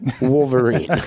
Wolverine